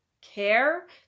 care